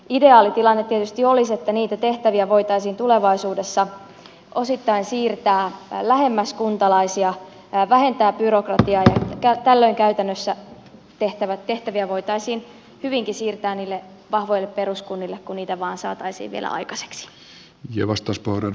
ideaalitilanne tietysti olisi että niitä tehtäviä voitaisiin tulevaisuudessa osittain siirtää lähemmäs kuntalaisia vähentää byrokratiaa ja tällöin käytännössä tehtäviä voitaisiin hyvinkin siirtää niille vahvoille peruskunnille kun niitä vain saataisiin vielä aikaiseksi